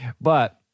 But-